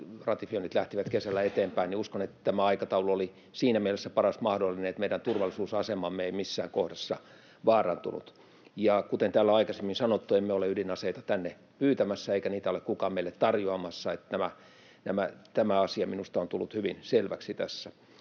ratifioinnit lähtivät kesällä eteenpäin, uskon, että tämä aikataulu oli siinä mielessä paras mahdollinen, että meidän turvallisuusasemaamme ei missään kohdassa vaarantunut. Ja kuten täällä on aikaisemmin sanottu, emme ole ydinaseita tänne pyytämässä, eikä niitä ole kukaan meille tarjoamassa. Tämä asia on minusta tullut hyvin selväksi tässä.